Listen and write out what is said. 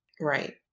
Right